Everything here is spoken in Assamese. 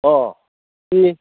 অঁ